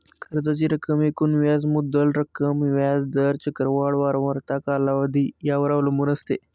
कर्जाची रक्कम एकूण व्याज मुद्दल रक्कम, व्याज दर, चक्रवाढ वारंवारता, कालावधी यावर अवलंबून असते